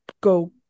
go